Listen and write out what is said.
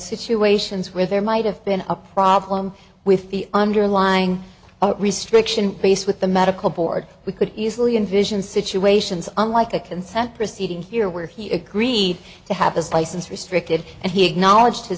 situations where there might have been a problem with the underlying restriction faced with the medical board we could easily envision situations unlike a consent proceeding here where he agreed to have his license restricted and he acknowledge